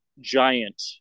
giant